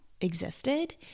existed